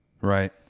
right